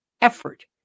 effort